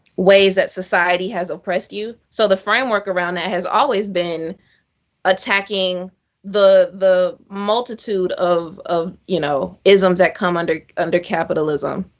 ways that society has oppressed you. so the framework around that has always been attacking the the multitude of of you know isms that come under under capitalism.